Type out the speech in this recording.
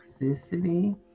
toxicity